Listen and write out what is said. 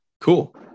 Cool